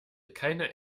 keine